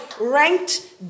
ranked